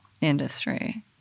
industry